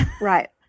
Right